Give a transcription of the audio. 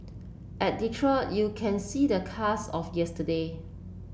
at Detroit you see the cars of yesterday